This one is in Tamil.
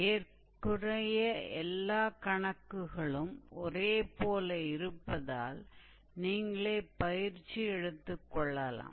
ஏறக்குறைய எல்லாக் கணக்குகளும் ஒன்று போல இருப்பதால் நீங்களே பயிற்சி எடுத்துக் கொள்ளலாம்